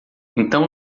então